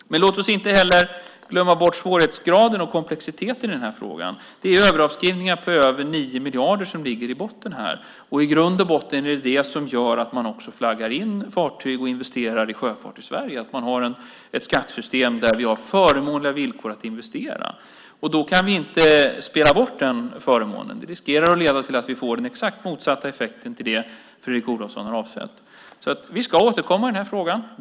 Men låt oss inte heller glömma bort svårighetsgraden och komplexiteten i frågan! Överavskrivningar på över 9 miljarder ligger här i botten. Det som gör att man också flaggar in fartyg och investerar i sjöfart i Sverige är i grund och botten att man har ett skattesystem med förmånliga villkor för investeringar. Den förmånen kan vi inte spela bort, för det riskerar att leda till att vi får helt motsatt effekt i förhållande till det som Fredrik Olovsson har avsett. Vi ska återkomma i den här frågan.